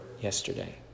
yesterday